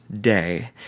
day